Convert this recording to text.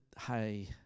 hey